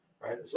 right